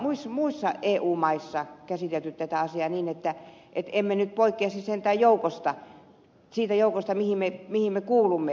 onko muissa eu maissa käsitelty tätä asiaa niin että emme nyt poikkeaisi sentään siitä joukosta mihin me kuulumme